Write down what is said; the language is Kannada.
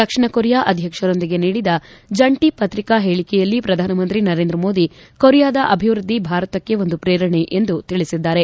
ದಕ್ಷಿಣ ಕೊರಿಯಾ ಅಧ್ಯಕ್ಷರೊಂದಿಗೆ ನೀಡಿದ ಜಂಟಿ ಪತ್ರಿಕಾ ಹೇಳಕೆಯಲ್ಲಿ ಪ್ರಧಾನಮಂತ್ರಿ ನರೇಂದ್ರ ಮೋದಿ ಕೊರಿಯಾದ ಅಭಿವೃದ್ಧಿ ಭಾರತಕ್ಕೆ ಒಂದು ಪ್ರೇರಣೆ ಎಂದು ತಿಳಿಸಿದ್ದಾರೆ